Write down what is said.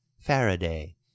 Faraday